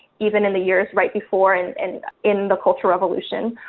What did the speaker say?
even in the years right before and in in the cultural revolution.